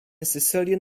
sicilian